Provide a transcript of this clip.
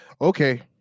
Okay